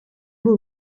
will